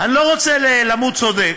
אני לא רוצה למות צודק,